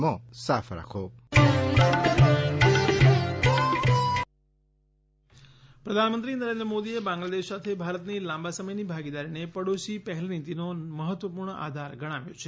new કોરોના ટ્યૂન પ્રધાનમંત્રી ઢાકા પ્રધાનમંત્રી નરેન્દ્ર મોદીએ બાંગ્લાદેશ સાથે ભારતની લાંબા સમયની ભાગીદારીને પડોશી પહેલો નીતિનો મહત્વપૂર્ણ આધાર ગણાવ્યો છે